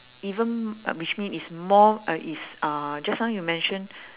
even which mean it's more uh is uh just now you mentioned